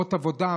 מקומות עבודה,